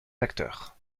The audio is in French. facteurs